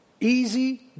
easy